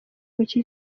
mike